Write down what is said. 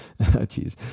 Jeez